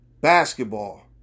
basketball